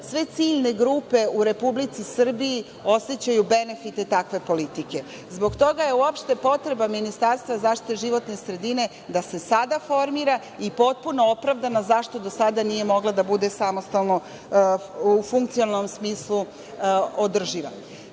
sve ciljne grupe u Republici Srbiji osećaju benefite takve politike. Zbog toga je, uopšte, potreba ministarstva za zaštitu životne sredine da se sada formira i potpuno opravdano zašto do sada nije mogla da bude samostalno u funkcionalnom smislu održiva. Kada